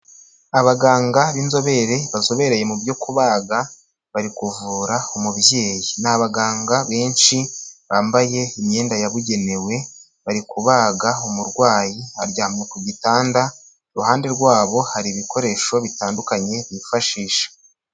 Abaganga b'inzobere bazobereye mu byo kubaga, bari kuvura umubyeyi. Ni abaganga benshi, bambaye imyenda yabugenewe, bari kubaga umurwayi aryamye ku gitanda, iruhande rwabo hari ibikoresho bitandukanye bifashisha.